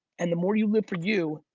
and the more you live for you,